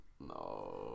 No